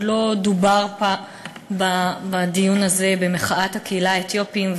לא דובר בה בדיון במחאת הקהילה האתיופית,